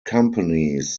companies